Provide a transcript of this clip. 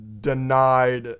denied